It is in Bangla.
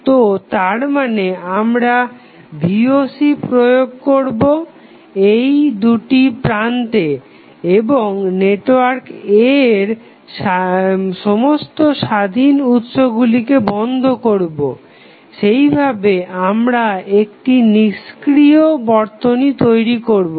তো তারমানে আমরা voc প্রয়োগ করবো এই দুটি প্রান্তে এবং নেটওয়ার্ক A এর সমস্ত স্বাধীন উৎসগুলিকে বন্ধ করবো সেইভাবে আমরা একটি নিস্ক্রিয় বর্তনী তৈরি করবো